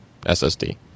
SSD